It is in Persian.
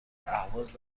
اهواز